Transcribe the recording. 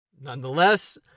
Nonetheless